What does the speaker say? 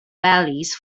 valleys